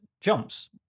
jumps